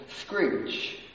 Scrooge